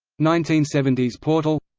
nineteen seventy s portal